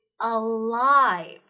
alive